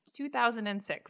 2006